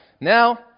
Now